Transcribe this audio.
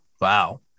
Wow